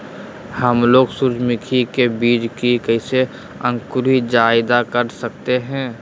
हमलोग सूरजमुखी के बिज की कैसे अंकुर जायदा कर सकते हैं?